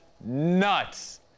nuts